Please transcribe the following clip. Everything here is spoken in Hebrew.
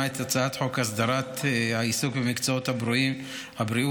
את הצעת חוק הסדרת העיסוק במקצועות הבריאות